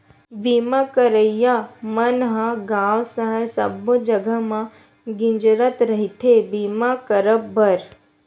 बीमा करइया मन ह गाँव सहर सब्बो जगा म गिंजरत रहिथे बीमा करब बर